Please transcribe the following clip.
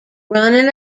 running